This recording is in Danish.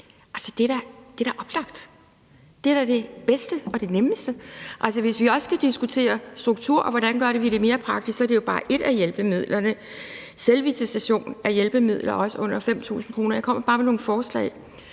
det er da oplagt. Det er da det bedste og det nemmeste. Hvis vi også skal diskutere struktur, og hvordan vi gør det mere praktisk, så er det jo bare et af hjælpemidlerne. Der er også selvvisitation af hjælpemidler til under 5.000 kr. Jeg kommer bare med nogle forslag,